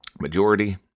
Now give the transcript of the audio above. majority